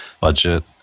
budget